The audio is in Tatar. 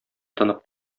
тынып